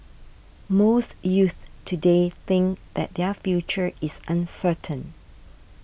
most youths today think that their future is uncertain